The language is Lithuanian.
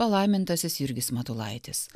palaimintasis jurgis matulaitis